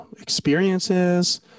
experiences